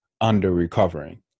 under-recovering